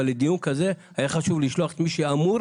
אבל לדיון כזה היה חשוב לשלוח את מי שאמור